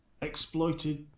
exploited